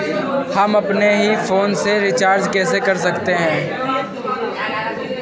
हम अपने ही फोन से रिचार्ज कैसे कर सकते हैं?